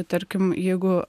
tarkim jeigu